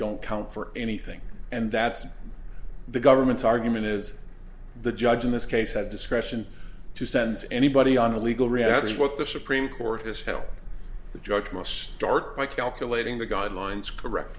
don't count for anything and that's the government's argument is the judge in this case has discretion to sends anybody on a legal reality what the supreme court has held the judge must start by calculating the guidelines correct